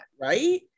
right